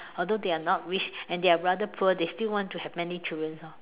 although they are not rich and they are rather poor they still want to have many children orh